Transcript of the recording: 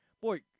boy